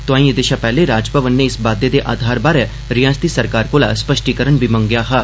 तोआईं एह्दे शा पैहले राजभवन नै इस बाद्दे दे आधार बारै रिआसती सरकार कोला स्पष्टीकरण मंग्गेआ हा